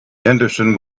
henderson